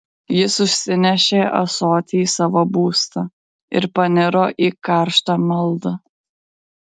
jis užsinešė ąsotį į savo būstą ir paniro į karštą maldą